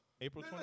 April